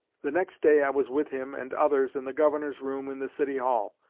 the next day i was with him and others in the governor's room in the city hall,